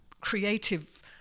creative